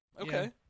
okay